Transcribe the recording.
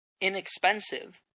inexpensive